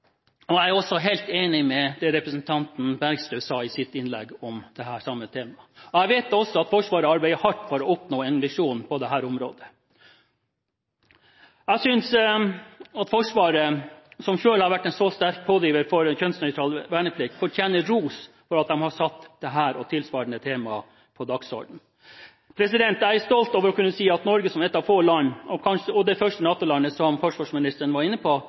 Jeg er også helt enig i det representanten Bergstø sa i sitt innlegg om det samme temaet. Jeg vet også at Forsvaret arbeider hardt for å oppnå en visjon på dette området. Jeg synes at Forsvaret, som selv har vært en så sterk pådriver for kjønnsnøytral verneplikt, fortjener ros for at de har satt dette og tilsvarende temaer på dagsordenen. Jeg er stolt over å kunne si at Norge, som et av få land – og det første NATO-landet, som forsvarsministeren var inne på